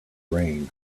rain